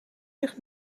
zich